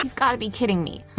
gotta be kidding me.